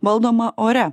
valdomą ore